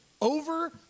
Over